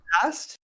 past